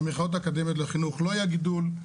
במכללות האקדמיות לחינוך לא היה גידול,